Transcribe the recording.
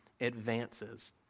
advances